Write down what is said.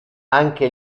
anche